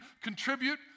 contribute